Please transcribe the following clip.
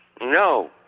No